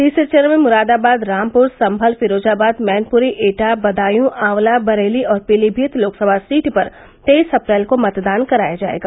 तीसरे चरण में मुरादाबाद रामपुर संभल फिरोजाबाद मैनपुरी एटा बदायू आंवला बरेली और पीलीमीत लोकसभा सीट पर तेईस अप्रैल को मतदान कराया जायेगा